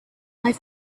life